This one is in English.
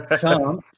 Tom